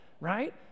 Right